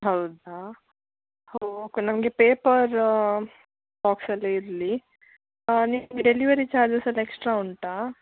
ಹೌದಾ ಹೋಕೆ ನಮಗೆ ಪೇಪರ ಬಾಕ್ಸಲ್ಲಿ ಇರಲಿ ನಿಮ್ಮ ಡೆಲಿವರಿ ಚಾರ್ಜಸೆಲ್ಲ ಎಕ್ಸ್ಟ್ರ ಉಂಟಾ